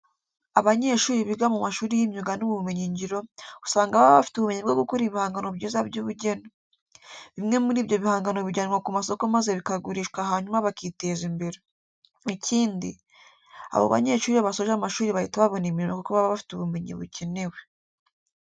Abanyeshuri biga mu mashuri y'imyuga n'ubumenyingiro, usanga baba bafite ubumenyi bwo gukora ibihangano byiza by'ubugeni. Bimwe muri ibyo bihangano bijyanwa ku masoko maze bikagurishwa hanyuma bakiteza imbere. Ikindi, abo banyeshuri iyo basoje amashuri bahita babona imirimo kuko baba bafite ubumenyi bukenewe.